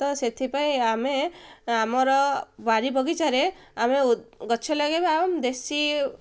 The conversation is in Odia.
ତ ସେଥିପାଇଁ ଆମେ ଆମର ବାରି ବଗିଚାରେ ଆମେ ଗଛ ଲଗାଇବା ଦେଶୀ